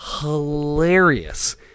hilarious